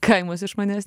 kaimas iš manęs